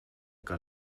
que